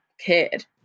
kid